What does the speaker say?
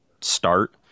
start